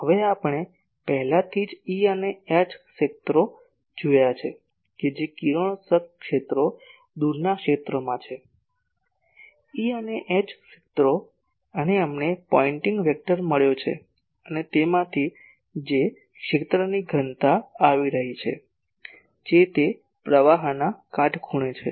હવે આપણે પહેલાથી જ E અને H ક્ષેત્રો જોયા છે કે જે કિરણોત્સર્ગ ક્ષેત્રો દૂરના ક્ષેત્રમાં છે E અને H ક્ષેત્રો અને અમને પોઇન્ટિંગ વેક્ટર મળ્યો છે અને તેમાંથી જે ક્ષેત્રની ઘનતા આવી રહી છે જે તે પ્રવાહના કાટખૂણે છે